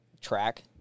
track